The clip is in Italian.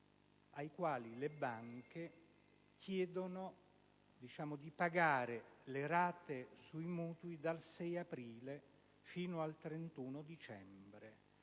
ai quali le banche chiedono di pagare le rate sui mutui dal 6 aprile fino al 31 dicembre.